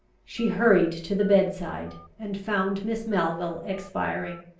she hurried to the bed-side, and found miss melville expiring.